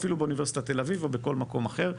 באוניברסיטת תל אביב או בכל מקום אחר,